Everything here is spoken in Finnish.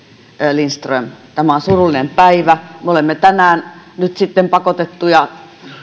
lindström tämä on surullinen päivä me olemme tänään nyt sitten pakotettuja